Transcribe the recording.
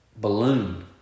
balloon